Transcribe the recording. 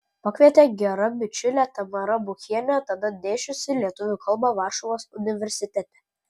pakvietė gera bičiulė tamara buchienė tada dėsčiusi lietuvių kalbą varšuvos universitete